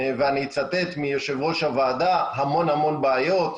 ואני אצטט מיושב-ראש הוועדה, "המון המון בעיות.